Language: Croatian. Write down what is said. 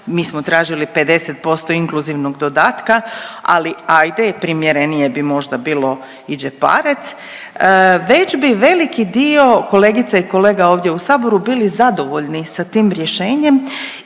mi smo tražili 50% inkluzivnog dodatka, ali, ajde i primjerenije bi možda bilo i džeparac, već bi veliki dio kolegica i kolega ovdje u saboru bili zadovoljni sa tim rješenjem